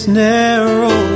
narrow